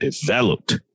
developed